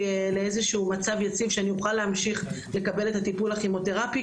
לאיזשהו מצב יציב שאני אוכל להמשיך לקבל את הטיפול הכימותרפי,